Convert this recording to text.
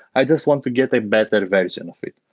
i just want to get a better version of it.